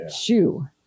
shoe